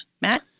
Matt